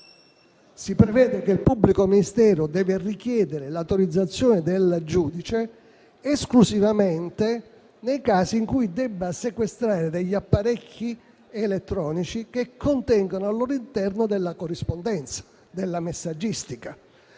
distinzione: il pubblico ministero deve richiedere l'autorizzazione del giudice esclusivamente nei casi in cui debba sequestrare apparecchi elettronici che contengono al loro interno della corrispondenza, della messaggistica.